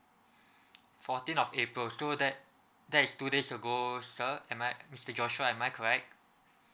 fourteen of april so that that is two days ago sir am I mister joshua am I correct